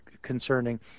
concerning